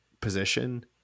position